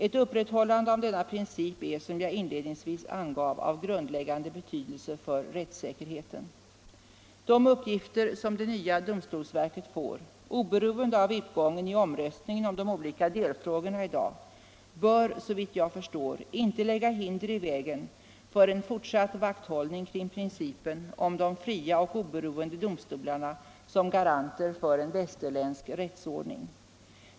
Ett upprätthållande av denna princip är, som jag inledningsvis angav, av grundläggande betydelse för rättssäkerheten. De uppgifter som det nya domstolsverket får, oberoende av utgången av omröstningen i de olika delfrågorna i dag, bör såvitt jag förstår inte lägga hinder i vägen för en fortsatt vakthållning kring principen om de fria och oberoende domstolarna som garanter för en västerländsk rättsordning.